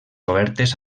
obertes